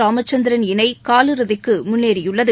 ராமச்சந்திரன் இணை கால் இறுதிக்கு முன்னேறியுள்ளது